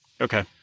Okay